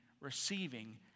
receiving